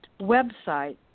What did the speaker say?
website